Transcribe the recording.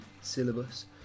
syllabus